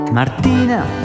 Martina